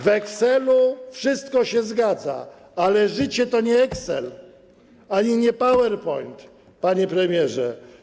W Excelu wszystko się zgadza, ale życie to nie Excel ani nie PowerPoint, panie premierze.